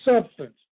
substance